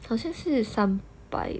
好像是三百